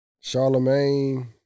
Charlemagne